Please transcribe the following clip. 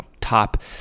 top